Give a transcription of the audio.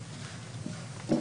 בוודאי.